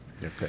Okay